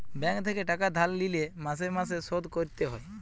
bank থেকে টাকা ধার লিলে মাসে মাসে শোধ করতে হয়